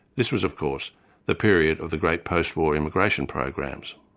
this was of course the period of the great post war immigration programs.